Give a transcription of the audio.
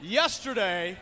yesterday